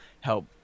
help